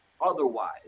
otherwise